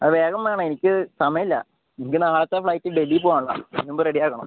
ആ വേഗം വേണം എനിക്ക് സമയം ഇല്ല എനിക്ക് നാളത്തെ ഫ്ലൈറ്റിന് ഡെൽഹി പോകാനുള്ളതാണ് അതിനു മുമ്പ് റെഡിയാക്കണം